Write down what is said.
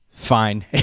Fine